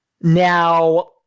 Now